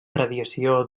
radiació